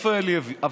איפה אלי אבידר,